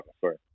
sorry